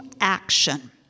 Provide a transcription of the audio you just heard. action